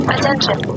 Attention